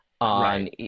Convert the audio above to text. on